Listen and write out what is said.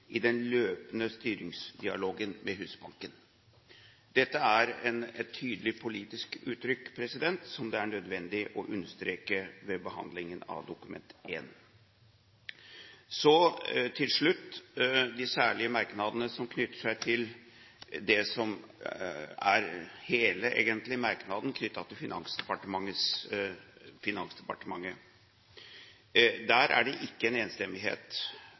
i den løpende styringsdialogen med Husbanken. Dette er et tydelig politisk uttrykk som det er nødvendig å understreke ved behandlingen av Dokument 1. Så til slutt de særlige merknadene som gjelder det som egentlig er hele merknaden knytter til Finansdepartementet. Der er det ikke en enstemmighet.